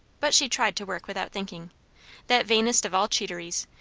but she tried to work without thinking that vainest of all cheateries,